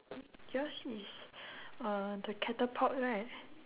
yours is uh the catapult right